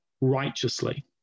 righteously